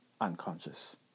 unconscious